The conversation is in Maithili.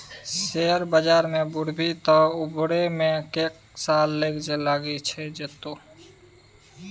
शेयर बजार मे बुरभी तँ उबरै मे कैक साल लगि जेतौ